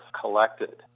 collected